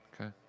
Okay